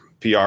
PR